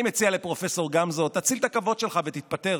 אני מציע לפרופסור גמזו: תציל את הכבוד שלך ותתפטר,